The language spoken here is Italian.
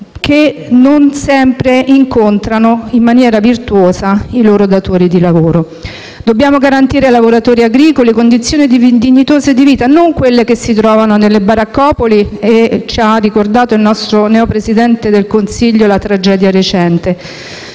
che non sempre incontrano in maniera virtuosa i loro datori di lavoro. Dobbiamo garantire ai lavoratori agricoli condizioni dignitose di vita e non quelle che si trovano nelle baraccopoli e penso alla recente tragedia ricordata dal nostro neo Presidente del Consiglio. Il caporalato,